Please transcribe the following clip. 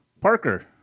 Parker